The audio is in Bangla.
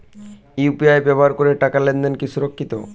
ইউ.পি.আই ব্যবহার করে টাকা লেনদেন কি সুরক্ষিত?